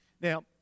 Now